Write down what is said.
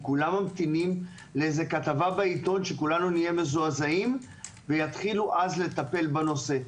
כולם ממתינים לכתבה בעיתון שכולנו נהיה מזועזעים ויתחילו אז לטפל בנושא.